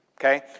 Okay